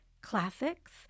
classics